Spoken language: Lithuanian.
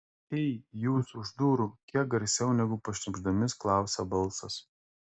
ei jūs už durų kiek garsiau negu pašnibždomis klausia balsas